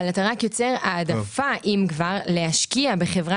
אבל אתה רק יוצר העדפה אם כבר להשקיע בחברה